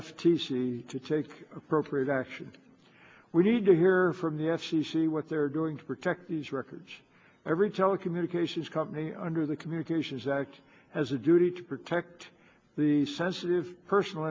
c to take appropriate action we need to hear from the c c what they're doing to protect these records every telecommunications company under the communications act has a duty to protect the sensitive personal